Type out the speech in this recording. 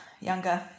younger